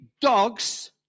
dogs